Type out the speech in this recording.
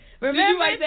Remember